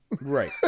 Right